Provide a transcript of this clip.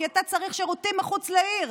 כי אתה צריך שירותים מחוץ לעיר.